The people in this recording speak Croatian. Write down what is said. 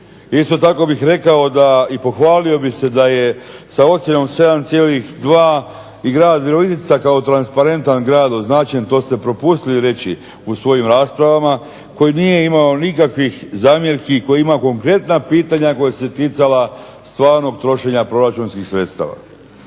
Isto tako bih rekao da i pohvalio bih se da je sa ocjenom 7,2 i grad Virovitica kao transparentan grad označen to ste propustili reći u svojim raspravama koji nije imao nikakvih zamjerki, koji ima konkretna pitanja koja su se ticala stvarnog trošenja proračunskih sredstava.